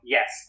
Yes